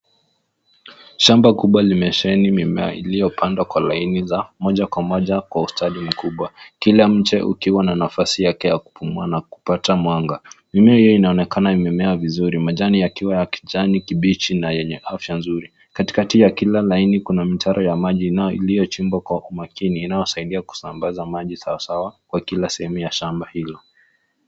Shamba kubwa limesheeni mimea iliyopandwa kwa laini za moja kwa moja kwa ustadi mkubwa. Kila mche ukiwa na nafasi yake ya kupumua na kupata mwanga. Mimea hiyo inaonekana imemea vizuri majani yakiwa ya kijani kibichi na yenye afya nzuri. Katikati ya kila laini kuna mtaro ya maji nayo iliyochimbwa kwa umakini inayosaidia kusambaza maji sawasawa kwa kila sehemu ya shamba hilo.